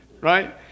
Right